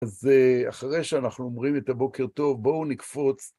אז אחרי שאנחנו אומרים את הבוקר טוב, בואו נקפוץ.